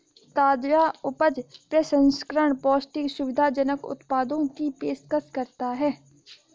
ताजा उपज प्रसंस्करण पौष्टिक, सुविधाजनक उत्पादों की पेशकश करता है